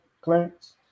Clarence